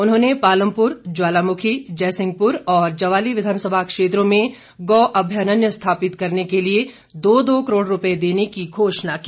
उन्होंने पालमपुर ज्वालामुखी जयसिंहपुर और ज्वाली विधानसभा क्षेत्रों में गौ अभ्यारण्य स्थापित करने के लिए दो दो करोड़ रुपए देने की घोषणा की